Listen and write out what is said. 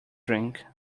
drink